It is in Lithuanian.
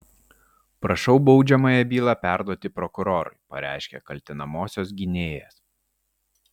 prašau baudžiamąją bylą perduoti prokurorui pareiškė kaltinamosios gynėjas